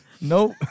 Nope